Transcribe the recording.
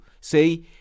say